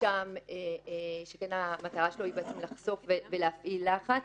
מרשם שהמטרה שלו לחשוף ולהפעיל לחץ.